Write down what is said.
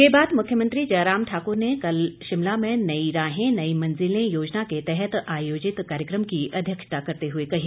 ये बात मुख्यमंत्री जयराम ठाकुर ने कल शिमला में नई राहें नई मंजिलें योजना के तहत आयोजित कार्यक्रम की अध्यक्षता करते हुए कही